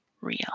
real